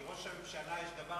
כי ראש הממשלה הנוכחי,